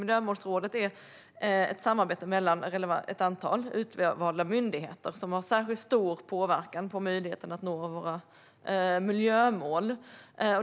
Miljömålsrådet är ett samarbete mellan ett antal utvalda myndigheter som har särskilt stor påverkan på möjligheten att nå våra miljömål.